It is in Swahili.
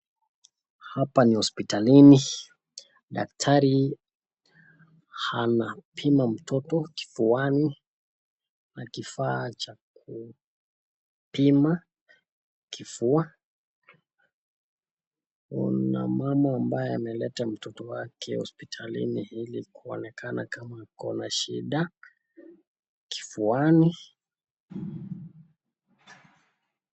Hapa ni hospitalini. Daktari anapima mtoto kifuani na kifaa cha kupima kifua. Kuna mama ambaye ameleta mtoto wake hospitalini ili kuonekana kama ako na shida kufuani.